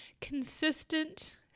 consistent